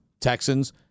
Texans